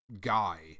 guy